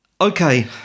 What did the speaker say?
Okay